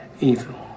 evil